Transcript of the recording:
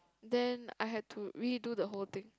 then I had to redo the whole thing